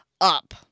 up